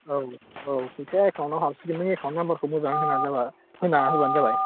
औ औ फैसाया एकाउन्टआव हाबसिगोन नों एकाउन्ट नाम्बारखौ मोजाङै होनानै होबानो जाबाय